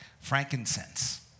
Frankincense